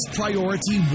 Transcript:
priority